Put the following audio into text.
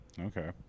Okay